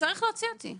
תצטרך להוציא אותי.